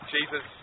Jesus